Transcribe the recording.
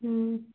ꯎꯝ